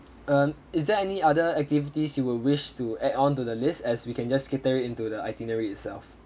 um is there any other activities you will wish to add onto the list as we can just cater it into the itinerary itself